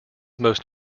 most